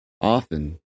often